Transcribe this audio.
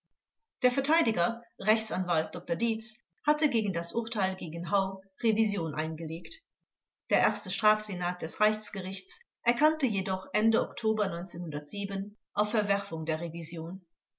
der verteidiger rechtsanwalt dr dietz hatte gegen das urteil gegen hau revision eingelegt der erste strafsenat des reichsgerichts erkannte jedoch ende oktober auf verwerfung der revision